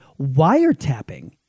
wiretapping